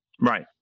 Right